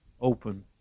open